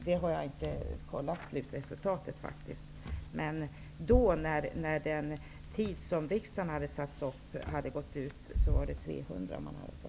Men när den av riksdagen uppsatta tidsfristen hade gått ut var det alltså 300 flyktingar som hade tagits emot.